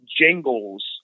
jingles